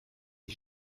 die